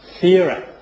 theory